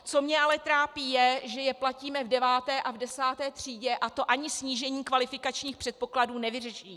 Co mě ale trápí, je, že je platíme v deváté a v desáté třídě, a to ani snížení kvalifikačních předpokladů nevyřeší.